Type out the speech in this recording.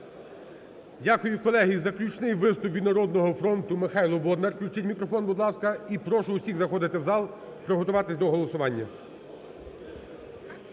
Дякую. Колеги, заключний виступ. Від "Народного фронту" Михайло Бондар. Включіть мікрофон, будь ласка. І прошу усіх заходити в зал, приготуватись до голосування.